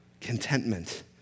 Contentment